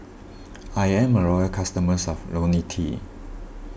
I am a loyal customer of Ionil T